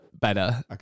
better